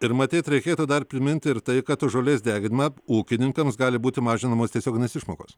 ir matyt reikėtų dar priminti ir tai kad už žolės deginimą ūkininkams gali būti mažinamos tiesioginės išmokos